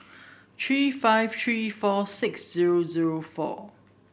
three five three four six zero zero four